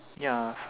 ya